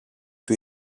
του